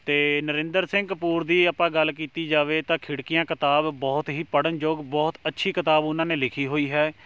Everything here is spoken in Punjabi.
ਅਤੇ ਨਰਿੰਦਰ ਸਿੰਘ ਕਪੂਰ ਦੀ ਆਪਾਂ ਗੱਲ ਕੀਤੀ ਜਾਵੇ ਤਾਂ ਖਿੜਕੀਆਂ ਕਿਤਾਬ ਬਹੁਤ ਹੀ ਪੜ੍ਹਨਯੋਗ ਬਹੁਤ ਅੱਛੀ ਕਿਤਾਬ ਉਹਨਾਂ ਨੇ ਲਿਖੀ ਹੋਈ ਹੈ